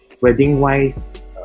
Wedding-wise